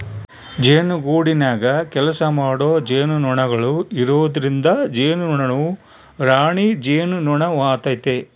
ಜೇನುಗೂಡಿನಗ ಕೆಲಸಮಾಡೊ ಜೇನುನೊಣಗಳು ಇರೊದ್ರಿಂದ ಜೇನುನೊಣವು ರಾಣಿ ಜೇನುನೊಣವಾತತೆ